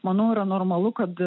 manau yra normalu kad